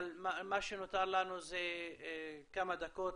אבל מה שנותר לנו זה כמה דקות.